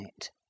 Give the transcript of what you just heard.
it